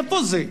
איפה זה?